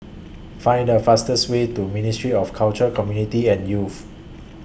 Find The fastest Way to Ministry of Culture Community and Youth